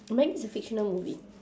meg is a fictional movie